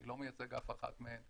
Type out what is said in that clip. אני לא מייצג אף אחת מהן.